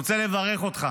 אני רוצה לברך אותך